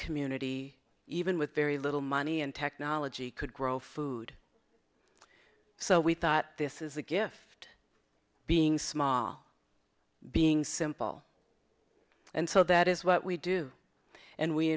community even with very little money and technology could grow food so we thought this is a gift being small being simple and so that is what we do and we